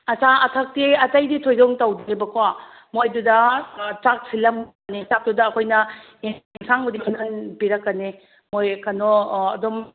ꯑꯆꯥ ꯑꯊꯛꯇꯤ ꯑꯇꯩꯗꯤ ꯊꯣꯏꯗꯣꯛꯅ ꯇꯧꯗꯦꯕꯀꯣ ꯃꯣꯏꯗꯨꯗ ꯆꯥꯛ ꯁꯤꯜꯂꯝꯅꯤ ꯆꯥꯛꯇꯨꯗ ꯑꯩꯈꯣꯏꯅ ꯏꯟꯁꯥꯡꯕꯨꯗꯤ ꯃꯈꯟ ꯃꯈꯟ ꯄꯤꯔꯛꯀꯅꯤ ꯃꯣꯏ ꯀꯩꯅꯣ ꯑꯗꯨꯝ